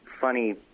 funny